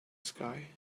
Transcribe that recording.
sky